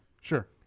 Sure